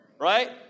Right